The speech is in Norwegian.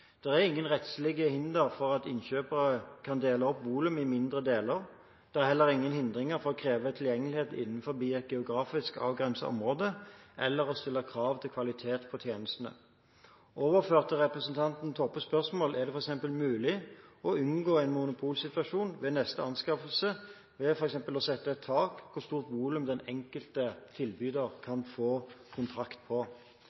er ingen rettslige hindre for at innkjøpere kan dele opp volum i mindre deler. Det er heller ingen hindringer for å kreve tilgjengelighet innenfor geografisk avgrensede områder eller å stille krav til kvaliteten på tjenestene. Overført til representanten Toppes spørsmål er det f.eks. mulig å unngå en monopolsituasjon ved neste anskaffelse ved å sette et tak for hvor stort volum den enkelte tilbyder kan få kontrakt på.